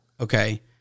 okay